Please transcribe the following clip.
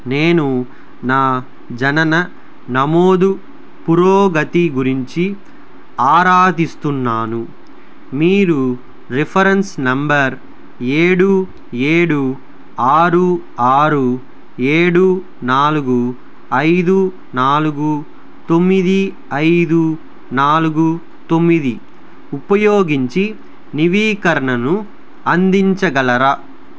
నేను నా జనన నమోదు పురోగతి గురించి ఆరా తీస్తున్నాను మీరు రిఫరెన్స్ నెంబర్ ఏడు ఏడు ఆరు ఆరు ఏడు నాలుగు ఐదు నాలుగు తొమ్మిది ఐదు నాలుగు తొమ్మిది ఉపయోగించి నవీకరణను అందించగలరా